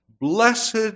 Blessed